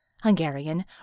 Hungarian